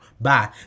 Bye